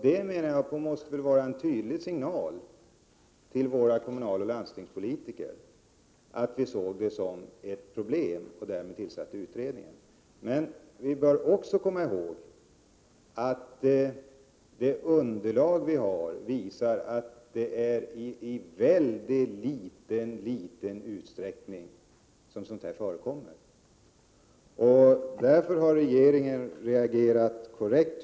Det måste väl ändå vara en tydlig signal till våra kommunaloch landstingspolitiker. Vi ansåg alltså detta vara ett problem och tillsatte en utredning. Men man bör också ha i minnet att det underlag som finns visar att sådant här endast förekommer i ytterst liten utsträckning. Därför har regeringen, tycker jag, reagerat korrekt.